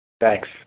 Thanks